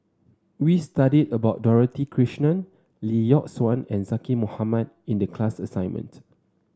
we studied about Dorothy Krishnan Lee Yock Suan and Zaqy Mohamad in the class assignment